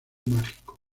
mágico